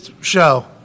show